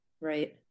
Right